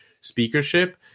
speakership